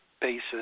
basis